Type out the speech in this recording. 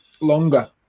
longer